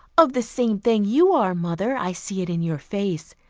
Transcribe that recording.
of the same thing you are, mother. i see it in your face.